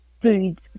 foods